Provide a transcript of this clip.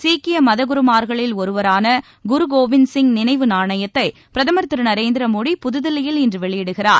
சீக்கிய மதகுருமார்களில் ஒருவரான குரு கோவிந்த் சிங் நினைவு நாணயத்தை பிரதமர் திரு நரேந்திர மோடி புதுதில்லியில் இன்று வெளியிடுகிறார்